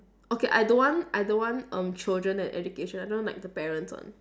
okay I don't want I don't want err children and education I don't want like the parents one